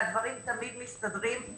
והדברים תמיד מסתדרים.